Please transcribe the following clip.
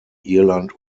irland